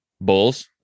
Bulls